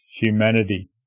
humanity